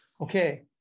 Okay